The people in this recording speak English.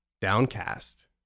downcast